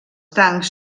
tancs